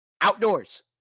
outdoors